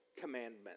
commandments